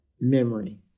memory